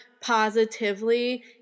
positively